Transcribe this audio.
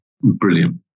brilliant